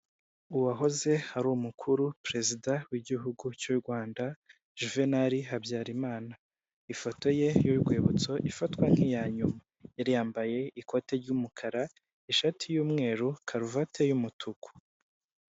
Uwahoze ari umukuru perezida w'igihugu cy'u Rwanda Juvenali Habyarimana ifoto ye y'urwibutso ifatwa nk'iya nyuma yari yambaye ikote ry'umukara, ishati y'umweru, karuvati y'umutuku.